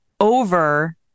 over